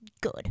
good